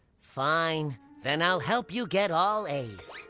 fine. then i'll help you get all a's.